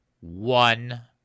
one